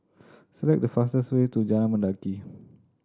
select the fastest way to Jalan Mendaki